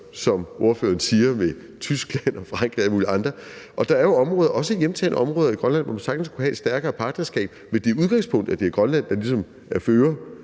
som ordføreren siger, med Tyskland og Frankrig og alle mulige andre lande. Der er jo områder og også hjemtagne områder i Grønland, hvor man sagtens kunne have et stærkere partnerskab med det udgangspunkt, at det er Grønland, der ligesom er fører